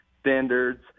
standards